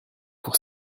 pour